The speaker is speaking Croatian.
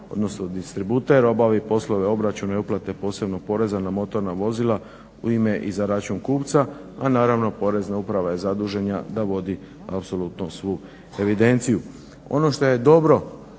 odnosno distributer obavi poslove obračuna i uplate posebnog poreza na motorna vozila u ime i za račun kupca, a naravno porezna uprava je zadužena da vodi apsolutno svu evidenciju.